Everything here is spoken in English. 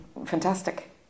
Fantastic